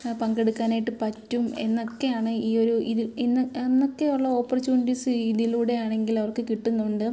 പങ്കെടുക്കാനായിട്ട് പറ്റും എന്നൊക്കെയാണ് ഈ ഒരു ഇതിൽ ഇന്ന് എന്നൊക്കെയുള്ള ഓപ്പർച്യൂണിറ്റീസും ഇതിലൂടെ ആണെങ്കിൽ അവർക്ക് കിട്ടുന്നുണ്ട്